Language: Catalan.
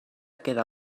queda